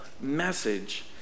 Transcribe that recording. message